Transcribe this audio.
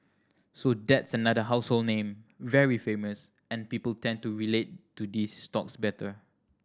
so that's another household name very famous and people tend to relate to these stocks better